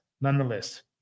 nonetheless